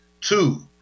Two